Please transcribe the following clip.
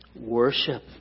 Worship